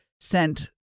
sent